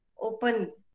open